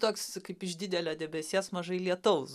toks kaip iš didelio debesies mažai lietaus